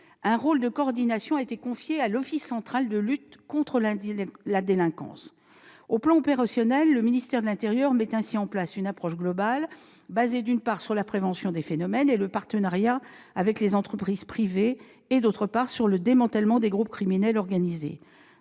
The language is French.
Un rôle de coordination a été confié à l'Office central de lutte contre la délinquance itinérante, l'OCLDI. Sur le plan opérationnel, le ministère de l'intérieur met ainsi en place une approche globale fondée, d'une part, sur la prévention des phénomènes et le partenariat avec les entreprises privées, et, d'autre part, sur le démantèlement des groupes criminels organisés.